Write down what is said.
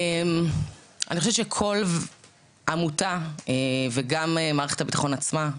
אני חושבת שכל עמותה וגם מערכת הביטחון עצמה,